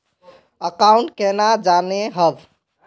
Account केना जाननेहव?